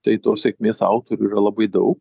tai tos sėkmės autorių yra labai dau